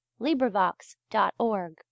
LibriVox.org